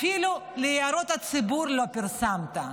אפילו להערות הציבור לא פרסמת,